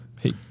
Hey